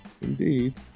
Indeed